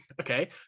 okay